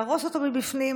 להרוס אותו מבפנים.